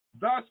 Thus